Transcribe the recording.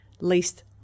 least